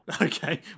Okay